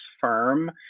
firm